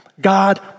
God